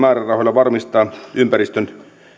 varmistaa ympäristön